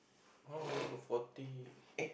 oh already got forty